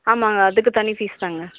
ஆமாங்க அதுக்கு தனி ஃபீஸ் தாங்க